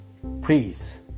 please